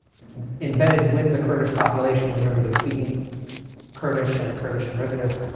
embedded with the kurdish population. remember, they're speaking kurdish and a kurdish derivative